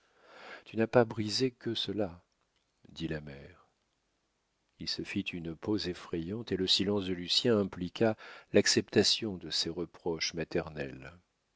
tu n'as pas brisé que cela dit la mère il se fit une pause effrayante et le silence de lucien impliqua l'acceptation de ces reproches maternels